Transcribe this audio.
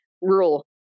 rural